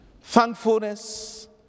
Thankfulness